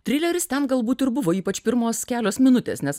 trileris ten galbūt ir buvo ypač pirmos kelios minutės nes